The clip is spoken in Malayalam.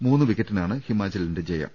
മൂന്ന് വിക്കറ്റിനാണ് ഹിമാചലിന്റെ ജയം